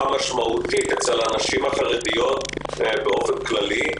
משמעותית אצל הנשים החרדיות באופן כללי.